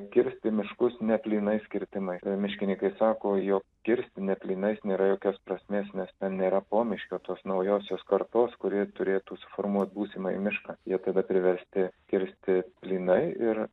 kirsti miškus neplynais kirtimais miškininkai sako jog kirsti neplynais nėra jokios prasmės nes ten nėra pomiškio tos naujosios kartos kuri turėtų suformuot būsimąjį mišką jie tada priversti kirsti plynai ir